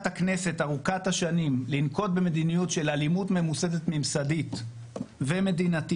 הכנסת ארוכת השנים לנקוט במדיניות של אלימות ממוסדת ממסדית ומדינתית